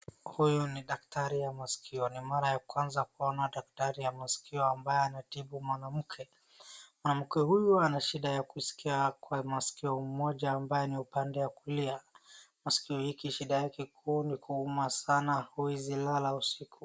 Huyu ni daktari ya maskio. Ni mara ya kwanza kuona dakatri ya maskio ambaye anatibu mwanamke. Mwanamke huyu anashida ya kuskia kwa maskio moja ambaye ni upande ya kulia. Maskio hiki shida yake kuu ni kuuma sana huezi lala usiku.